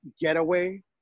getaway